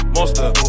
Monster